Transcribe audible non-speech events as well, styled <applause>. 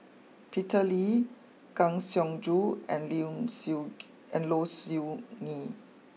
Peter Lee Kang Siong Joo and <unintelligible> Siew <noise> and Low Siew Nghee